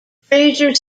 fraser